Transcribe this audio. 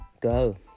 go